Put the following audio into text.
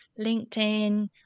LinkedIn